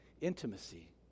intimacy